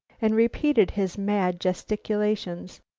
and repeated his mad gesticulations.